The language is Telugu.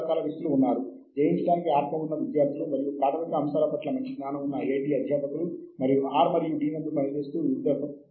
మొదటి వ్యూహం ప్రాథమికంగా కీవర్డ్ ని ఉపయోగించటం